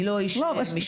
אני לא איש משפטי,